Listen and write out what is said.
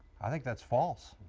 i think that's false.